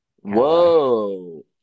Whoa